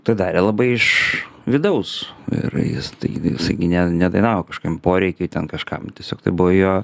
tą darė labai iš vidaus ir jis tai gi jisai gi ne nedainavo kašokiam poreikiui ten kažkam tiesiog tai buvo jo